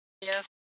Yes